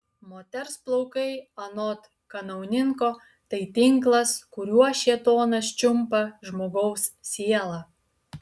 moters plaukai anot kanauninko tai tinklas kuriuo šėtonas čiumpa žmogaus sielą